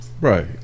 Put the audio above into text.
Right